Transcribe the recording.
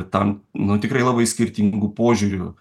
tam nu tikrai labai skirtingų požiūrių